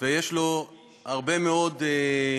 ויש לו הרבה מאוד זכויות,